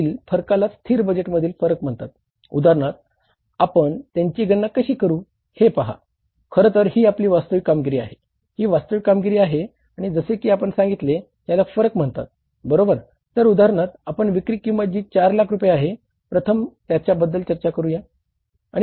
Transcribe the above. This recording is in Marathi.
तर उदाहरणार्थ आपण विक्री किंमत जी 4 लाख रुपये आहे प्रथम त्याबद्दल चर्चा करूया